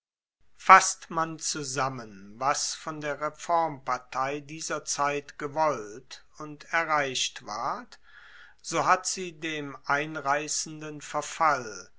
fasst man zusammen was von der reformpartei dieser zeit gewollt und erreicht ward so hat sie dem einreissenden verfall